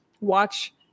watch